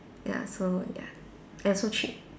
ya so ya and also cheap